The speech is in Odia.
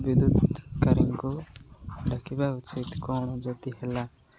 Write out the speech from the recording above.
ବିଦ୍ୟୁତକାରୀଙ୍କୁ ଡାକିବା ଉଚିତ କଣ ଯଦି ହେଲା